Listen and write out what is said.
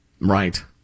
Right